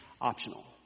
Optional